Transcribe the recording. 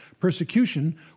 persecution